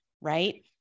Right